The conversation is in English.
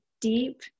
deep